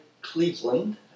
Cleveland